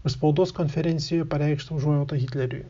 už spaudos konferencijoje pareikštą užuojautą hitleriui